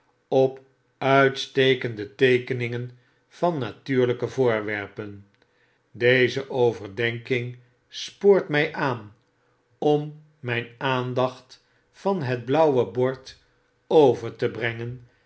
op uitstekende teekeningen van natuurlyke voorwerpen deze overdenking spoort my aan om myn aandacht van het blauwe bord over te brengen